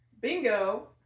Bingo